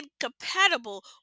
incompatible